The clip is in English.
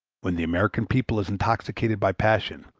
when the american people is intoxicated by passion,